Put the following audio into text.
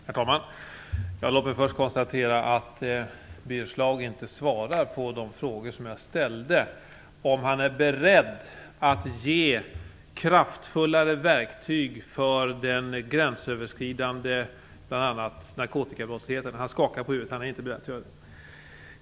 Herr talman! Låt mig först konstatera att Birger Schlaug inte svarar på de frågor som jag ställde, om han är beredd att ge kraftfullare verktyg för bl.a. gränsöverskridande narkotikabrottslighet. Han skakar på huvudet; han är inte beredd att göra det.